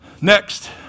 Next